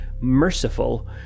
merciful